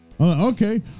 Okay